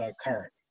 current